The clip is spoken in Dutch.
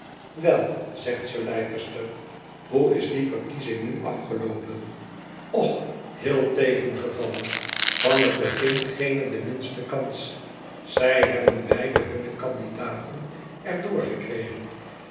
wel zegt sir leicester hoe is die verkiezing nu afgeloopen och heel tegengevallen van het begin geene de minste kans zij hebben beide hunne candidaten er door gekregen